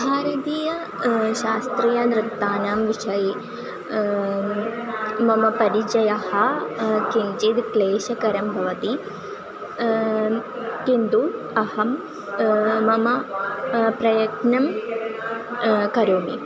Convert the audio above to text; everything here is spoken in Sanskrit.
भारतीय शास्त्रीयनृत्तानां विषये मम परिचयः किञ्चित् क्लेशकरं भवति किन्तु अहं मम प्रयत्नं करोमि